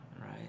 right